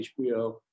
HBO